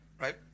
Right